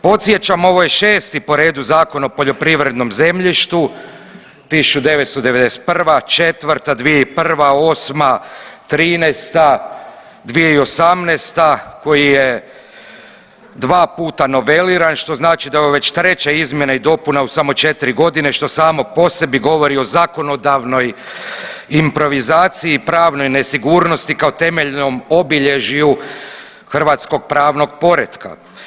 Podsjećam ovo je 6 po redu Zakon o poljoprivrednom zemljištu 1991., četvrta, 2001., osma, '13., 2018. koji je dva puta noveliran što znači da je ovo već treća izmjena i dopuna u samo 4 godine što samo po sebi govori o zakonodavnoj improvizaciji i pravnoj nesigurnosti kao temeljnom obilježju hrvatskog pravnog poretka.